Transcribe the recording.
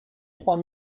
trois